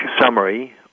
summary